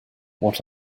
what